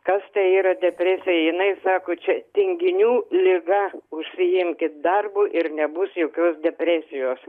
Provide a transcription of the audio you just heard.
kas tai yra depresija jinai sako čia tinginių liga užsiimkit darbu ir nebus jokios depresijos